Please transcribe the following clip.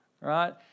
right